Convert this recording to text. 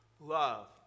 Love